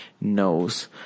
knows